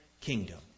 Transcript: kingdom